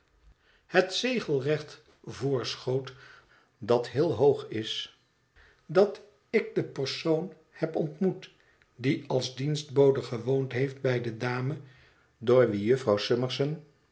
het verlaten huis voorschoot dat heel hoog is dat ik de persoon heb ontmoet die als dienstbode gewoond heeft bij de dame door wie jufvrouw